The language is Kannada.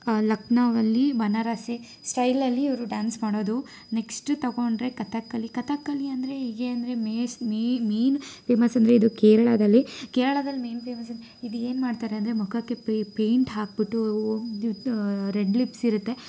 ಲಕ್ನೋದಲ್ಲಿ ಬನಾರಸಿ ಸ್ಟೈಲಲ್ಲಿ ಇವರು ಡ್ಯಾನ್ಸ್ ಮಾಡೋದು ನೆಕ್ಸ್ಟ ತಗೊಂಡ್ರೆ ಕಥಕ್ಕಲಿ ಕಥಕ್ಕಲಿ ಅಂದರೆ ಹೇಗೆ ಅಂದರೆ ಮೇಸ್ ಮೇನ್ ಫೇಮಸ್ ಅಂದರೆ ಇದು ಕೇರಳದಲ್ಲಿ ಕೇರ್ಳದಲ್ಲಿ ಮೇನ್ ಫೇಮಸ್ ಅಂದ್ರೆ ಇದು ಏನು ಮಾಡ್ತಾರಂದರೆ ಮುಖಕ್ಕೆ ಪೈಂಟ್ ಹಾಕ್ಬಿಟ್ಟು ದ್ ರೆಡ್ ಲಿಪ್ಸ್ ಇರತ್ತೆ